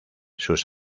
sus